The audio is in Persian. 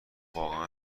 واقعا